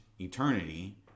eternity